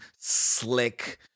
slick